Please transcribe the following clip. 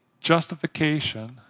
justification